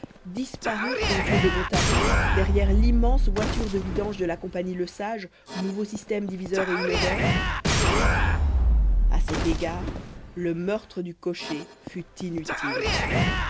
disparurent aux yeux de montaroux derrière l'immense voiture de vidange de la compagnie lesage nouveau système diviseur et inodore à cet égard le meurtre du cocher fut inutile